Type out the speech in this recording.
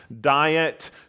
diet